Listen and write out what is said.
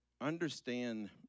understand